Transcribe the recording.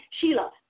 Sheila